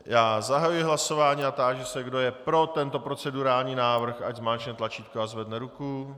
Já zahajuji hlasování a táži se, kdo je pro tento procedurální návrh, ať zmáčkne tlačítko a zvedne ruku.